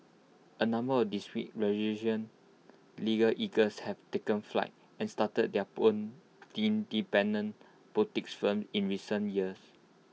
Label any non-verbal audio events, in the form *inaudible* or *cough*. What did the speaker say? A number of dispute resolution legal eagles have taken flight and started their own *unintelligible* boutique firms in recent years